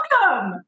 welcome